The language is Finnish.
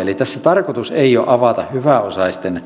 eli tässä tarkoitus ei ole avata hyväosaisten